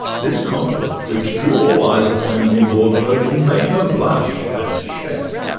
this compliment, which drew all eyes upon the new-bought virgin, made her blush and shake.